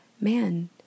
man